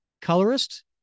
colorist